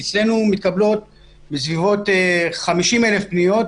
אצלנו מתקבלות בסביבות 50,000 פניות.